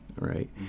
Right